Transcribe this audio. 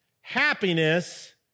happiness